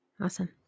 Awesome